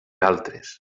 altres